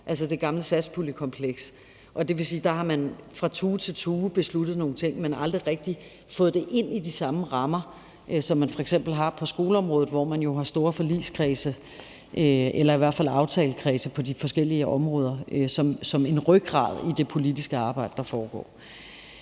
altså det gamle satspuljekompleks. Det vil sige, at der har man fra tue til tue besluttet nogle ting, men aldrig rigtig fået det ind i de samme rammer, som man f.eks. har på skoleområdet, hvor man jo har store forligskredse eller i hvert fald aftalekredse på de forskellige områder som en rygrad i det politiske arbejde, der foregår.